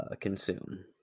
consume